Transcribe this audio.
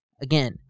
Again